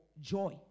joy